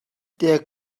der